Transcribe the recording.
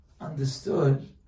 understood